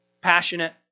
Passionate